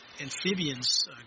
Amphibians